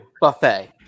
Buffet